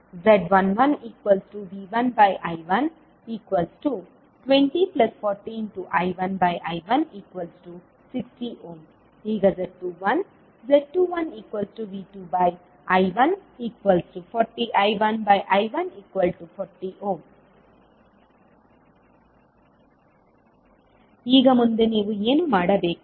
z11V1I12040I1I1 60 ಈಗ z21 z21V2I140I1I1 40 ಈಗ ಮುಂದೆ ನೀವು ಏನು ಮಾಡಬೇಕು